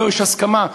יש פה הסכמה,